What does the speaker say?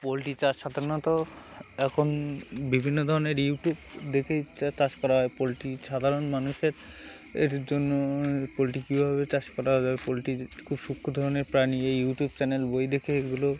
poultry চাষ সাধারণত এখন বিভিন্ন ধরনের ইউটিউব দেখেই চাষ করা হয় পোলট্রি সাধারণ মানুষের এর জন্য পোলট্রি কীভাবে চাষ করা য পোলট্রি খুব সূক্ষ্ম ধরনের প্রাণী এই ইউটিউব চ্যানেল বই দেখে এগুলো